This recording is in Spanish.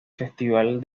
festival